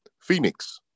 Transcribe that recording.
Phoenix